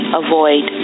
avoid